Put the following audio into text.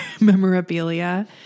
memorabilia